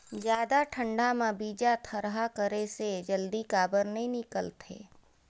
जादा ठंडा म बीजा थरहा करे से जल्दी काबर नी निकलथे?